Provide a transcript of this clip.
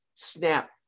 snap